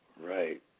Right